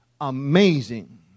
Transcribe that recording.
amazing